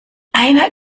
einer